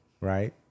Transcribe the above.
right